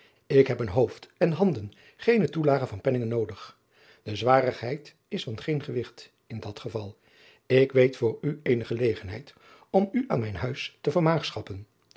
ik heb een hoofd en handen geene toelage van penningen noodig die zwarigheid is van geen gewigt in dat geval ik weet voor u eene gelegenheid om u aan mijn huis te